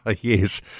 Yes